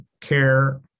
care